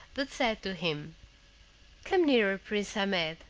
but said to him come nearer, prince ahmed,